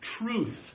truth